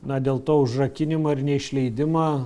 na dėl to užrakinimo ir neišleidimo